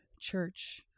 church